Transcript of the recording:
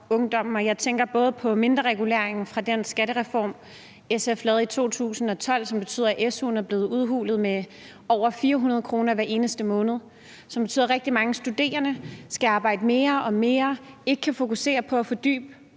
jeg tænker også på mindrereguleringen fra den skattereform, SF lavede i 2012, som betyder, at su'en er blevet udhulet med over 400 kr. hver eneste måned. Det betyder, at rigtig mange studerende skal arbejde mere og mere og ikke kan fokusere på at fordybe